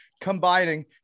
combining